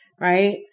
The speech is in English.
right